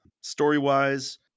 story-wise